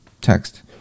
text